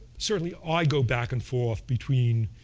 certainly i go back and forth between